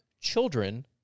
children